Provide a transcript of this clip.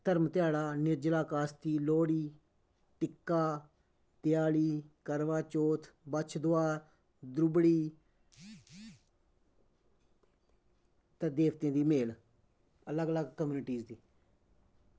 धर्म ध्याड़ा निरजला कास्ती लोह्ड़ी टिक्का देआली करवा चौथ बच्छ दुआ दरुबड़ी ते देवते दी मेल अलग अलग कम्यूनिटी दी